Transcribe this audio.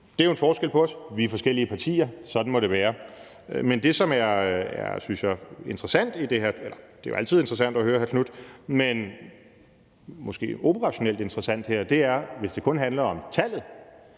Det er jo en forskel på os; vi er forskellige partier. Sådan må det være. Men det, som jeg synes er interessant i det her – det er jo altid interessant at høre hr. Marcus Knuth, men her er det måske operationelt interessant – er, at hvis det kun handler om tallet,